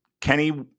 Kenny